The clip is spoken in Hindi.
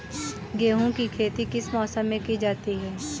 गेहूँ की खेती किस मौसम में की जाती है?